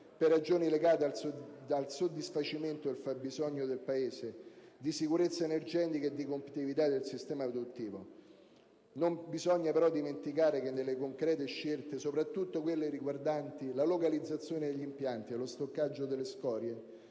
per ragioni legate al soddisfacimento del fabbisogno del Paese di sicurezza energetica e di competitività del sistema produttivo. Non bisogna però dimenticare che nelle concrete scelte, soprattutto quelle riguardanti la localizzazione degli impianti e lo stoccaggio delle scorie,